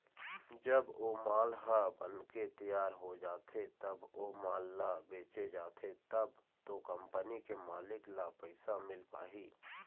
जब ओ माल ह बनके तियार हो जाथे तब ओ माल ल बेंचे जाथे तब तो कंपनी के मालिक ल पइसा मिल पाही